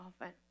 Often